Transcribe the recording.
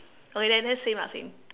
okay then then same ah same